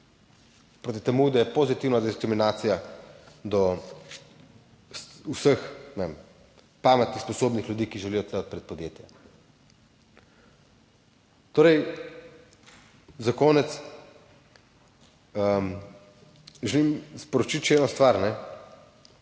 proti temu, da je pozitivna diskriminacija do vseh ne vem pametnih, sposobnih ljudi, ki želijo odpreti podjetje. Torej, za konec želim sporočiti še eno stvar.